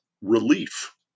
relief